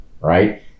right